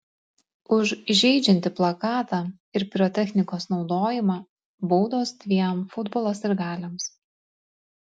už įžeidžiantį plakatą ir pirotechnikos naudojimą baudos dviem futbolo sirgaliams